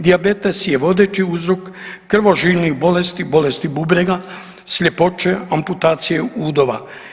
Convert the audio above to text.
Dijabetes je vodeći uzrok krvožilnih bolesti, bolesti bubrega, sljepoće, amputacije udova.